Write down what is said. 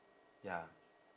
ya